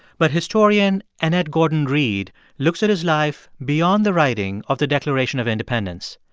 but historian annette gordon-reed looks at his life beyond the writing of the declaration of independence.